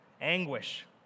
anguish